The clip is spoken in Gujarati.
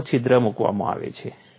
એક નાનું છિદ્ર મૂકવામાં આવે છે